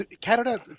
Canada